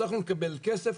הצלחנו לקבל כסף,